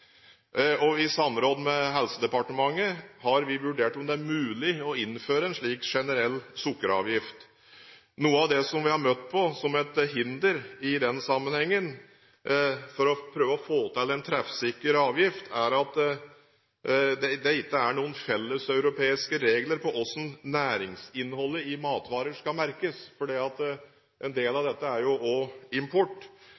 I samråd med Helsedepartementet har vi vurdert om det er mulig å innføre en slik generell sukkeravgift. Noe av det vi har møtt på som et hinder i den sammenhengen for å prøve å få til en treffsikker avgift, er at det ikke er noen felleseuropeiske regler for hvordan næringsinnholdet i matvarer skal merkes – fordi en del